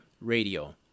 radio